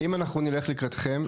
אם אנחנו נלך לקראתכם,